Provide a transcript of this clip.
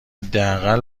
حداقل